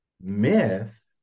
myth